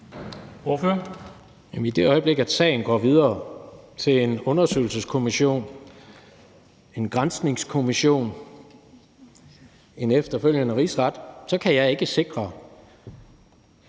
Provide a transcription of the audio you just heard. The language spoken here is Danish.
i det øjeblik, at sagen går videre til en undersøgelseskommission, en granskningskommission, en efterfølgende rigsret, så kan jeg ikke sikre noget som helst, for